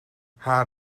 haar